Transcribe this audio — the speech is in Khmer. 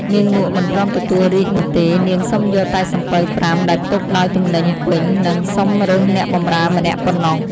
នាងនក់មិនព្រមទទួលរាជ្យនោះទេ នាងសុំយកតែសំពៅ ៥ ដែលផ្ទុកដោយ ទំនិញពេញ និងសុំរើសអ្នកបម្រើម្នាក់ប៉ុណ្ណោះ ។